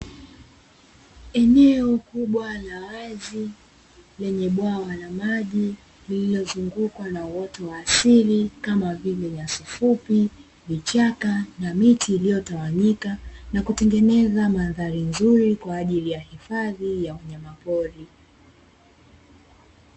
Eneo kubwa la wazi lenye bwawa la maji lililozungukwa na uoto wa asili kama vile nyasi fupi, vichaka na miti iliyotawanyika na kutengeneza mandhari nzuri kwa ajili ya hifadhi ya wanyama pori.